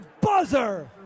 buzzer